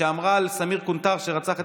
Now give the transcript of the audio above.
ותומך בטרור,